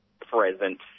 present